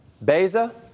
Beza